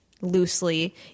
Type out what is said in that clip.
loosely